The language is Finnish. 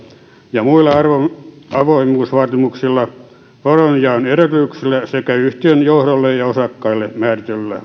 ja muilla avoimuusvaatimuksilla varojenjaon edellytyksillä sekä yhtiön johdolle ja osakkaille määritellyillä